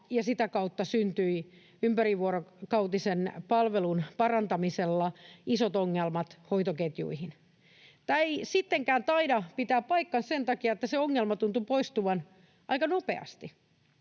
ja sitä kautta syntyi ympärivuorokautisen palvelun parantamisella isot ongelmat hoitoketjuihin. Tämä ei sittenkään taida pitää paikkaansa sen takia, että se ongelma tuntui poistuvan aika nopeasti.